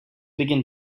begin